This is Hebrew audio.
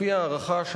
לפי הערכה,